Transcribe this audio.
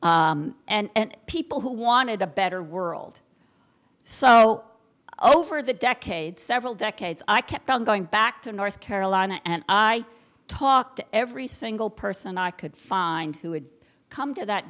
beings and people who wanted a better world so over the decades several decades i kept on going back to north carolina and i talked to every single person i could find who would come to that